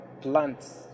plants